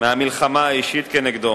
מהמלחמה האישית נגדו.